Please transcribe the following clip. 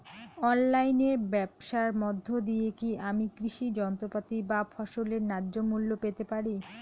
অনলাইনে ব্যাবসার মধ্য দিয়ে কী আমি কৃষি যন্ত্রপাতি বা ফসলের ন্যায্য মূল্য পেতে পারি?